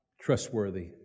trustworthy